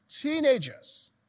Teenagers